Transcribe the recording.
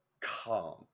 Calm